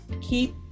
keep